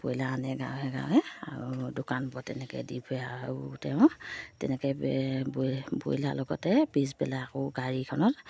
broiler আনে গাঁৱে গাঁৱে আৰু দোকানবোৰত তেনেকৈ দি ফুৰে আৰু তেওঁ তেনেকৈ ব্ৰইলাৰ লগতে পিছবেলা আকৌ গাড়ীখনত